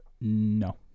no